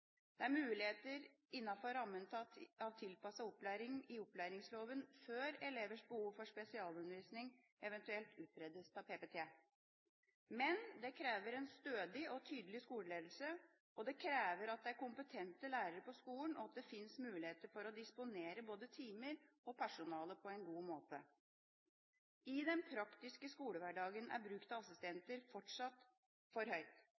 Det er muligheter innenfor rammen av tilpasset opplæring i opplæringsloven før elevers behov for spesialundervisning eventuelt utredes av PPT. Men det krever en stødig og tydelig skoleledelse, det krever at det er kompetente lærere på skolen, og at det finnes muligheter for å disponere både timer og personale på en god måte. I den praktiske skolehverdagen er bruk av assistenter fortsatt for høyt.